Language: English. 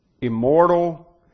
immortal